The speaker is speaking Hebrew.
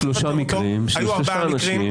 היו שלושה מקרים של שלושה אנשים.